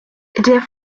der